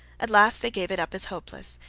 at last they gave it up as hopeless,